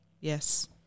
Yes